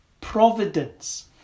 providence